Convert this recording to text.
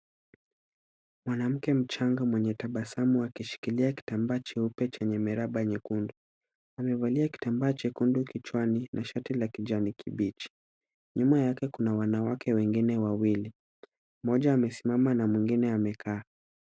Mwanamke mchanga mwenye tabasamu akishikilia kitambaa cheupe chenye miraba nyekundu. Amevalia kitambaa chekundu kichwani na shati la kijani kibichi. Nyuma yake kuna wanawake wengine wawili mmoja amesimama na mwengine amekaa.